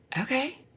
Okay